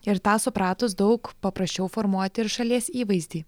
ir tą supratus daug paprasčiau formuoti ir šalies įvaizdį